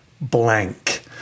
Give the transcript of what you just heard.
blank